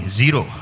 zero